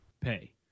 pay